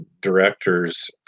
directors